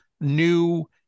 new